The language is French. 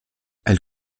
elle